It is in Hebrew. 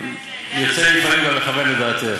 יוצא לי לפעמים גם לכוון לדעתך.